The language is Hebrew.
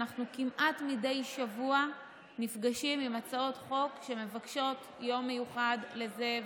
אנחנו כמעט מדי שבוע נפגשים עם הצעות חוק שמבקשות יום מיוחד לזה,